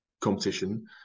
competition